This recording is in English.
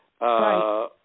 Right